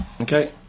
Okay